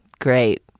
Great